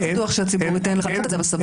לא בטוח שהציבור ייתן לך לעשות את זה אבל סבבה.